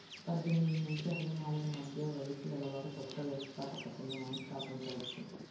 పద్దెనిమిది నుంచి అరవై నాలుగు మధ్య వయస్సు గలవారు కొత్త వ్యవస్థాపకతను స్థాపించవచ్చు